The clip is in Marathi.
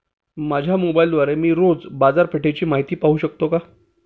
माझ्या मोबाइलद्वारे मी रोज बाजारपेठेची माहिती पाहू शकतो का?